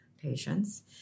patients